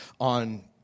on